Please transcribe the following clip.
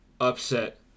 upset